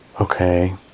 Okay